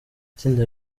itsinda